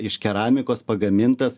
iš keramikos pagamintas